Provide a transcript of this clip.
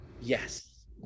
yes